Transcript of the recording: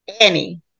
Annie